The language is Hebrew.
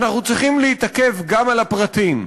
אנחנו צריכים להתעכב גם על הפרטים.